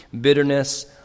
bitterness